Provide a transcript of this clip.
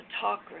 talk